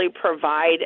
provide